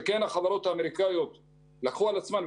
שהחברות האמריקאיות כן לקחו על עצמן,